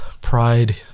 pride